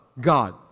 God